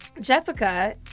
Jessica